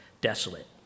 desolate